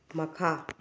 ꯃꯈꯥ